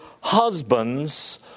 husbands